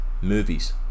movies